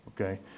okay